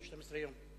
12 יום.